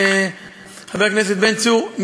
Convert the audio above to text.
חבר הכנסת בן צור,